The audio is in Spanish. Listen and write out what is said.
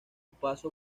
paso